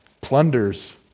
plunders